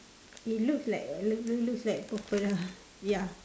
it looks like looks looks like purple lah ya